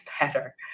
better